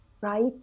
right